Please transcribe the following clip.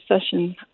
session